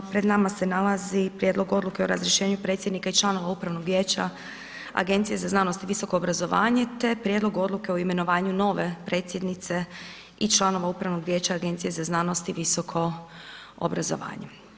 Pred nama se nalazi Prijedlog odluke o razrješenju predsjednika i članova upravnog vijeća Agencije za znanost i visoko obrazovanje te prijedlog odluke o imenovanju nove predsjednice i članova Upravnog vijeća Agencije za znanost i visoko obrazovanje.